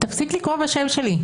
תפסיק לקרוא בשם שלי.